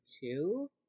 two